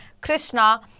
Krishna